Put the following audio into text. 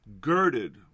girded